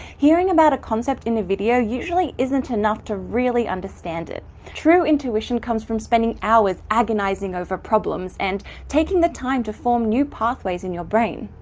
hearing about a concept in a video usually isn't enough to really understand it. true intuition comes from spending hours agonizing over problems and taking the time to form new pathways in your brain.